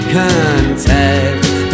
contact